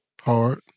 Hard